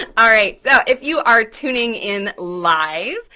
and alright, so if you are tuning in live,